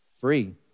free